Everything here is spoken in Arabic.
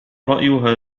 رأيها